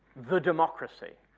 the democracy,